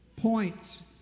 points